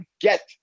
get